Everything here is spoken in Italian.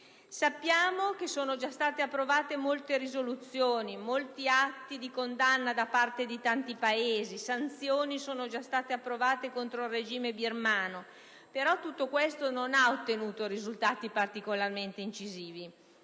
Sappiamo che sono già state approvate molte risoluzioni, molti atti di condanna da parte di tanti Paesi e che sono già state approvate sanzioni contro il regime birmano, ma tutto questo non ha ottenuto risultati particolarmente incisivi.